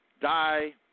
die